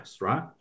right